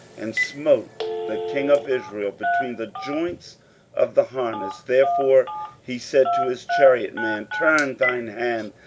and smote the king of israel between the joints of the harness therefore he said to his chariot man, turn thine hand,